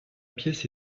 pièce